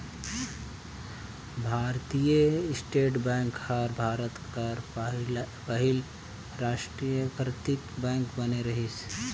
भारतीय state bank हर भारत कर पहिल रास्टीयकृत बेंक बने रहिस